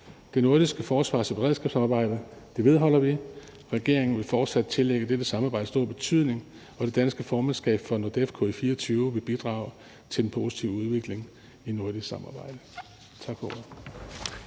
Det nordiske forsvars- og beredskabssamarbejde vedholder vi. Regeringen vil fortsat tillægge dette samarbejde stor betydning, og det danske formandskab for NORDEFCO i 2024 vil bidrage til den positive udvikling i nordisk samarbejde. Tak for